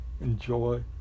Enjoy